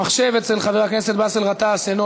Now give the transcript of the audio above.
חבר הכנסת אוסאמה סעדי,